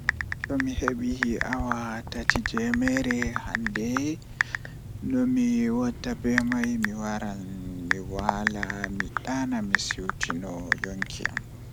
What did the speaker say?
Tomi heɓi awa tati jei meere hannde nomi watta be mai mi waran mi waala mi ɗaana mi siwtino yunki am